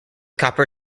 copper